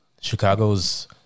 Chicago's